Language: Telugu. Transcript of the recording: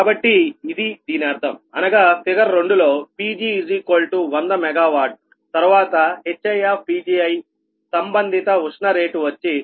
కాబట్టి ఇది దీని అర్ధం అనగా ఫిగర్ 2 లో Pg100 MWతర్వాత HiPgiసంబంధిత ఉష్ణ రేటు వచ్చి 0